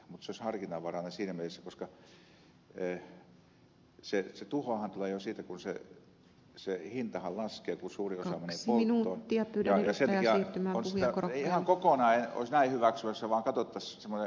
se olisi harkinnanvarainen siinä mielessä että se tuhohan tulee jo siitä kun se hinta laskee kun suuri osa menee polttoon ja sen takia en ihan kokonaan näin olisi hyväksymässä vaan katsottaisiin semmoinen harkinnanvarainen huojennus